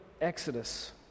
Exodus